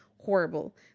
horrible